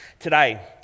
today